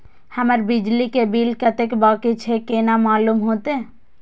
हमर बिजली के बिल कतेक बाकी छे केना मालूम होते?